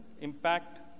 impact